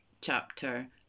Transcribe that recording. chapter